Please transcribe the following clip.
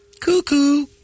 cuckoo